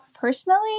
Personally